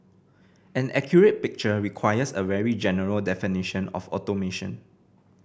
an accurate picture requires a very general definition of automation